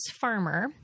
Farmer